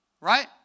Right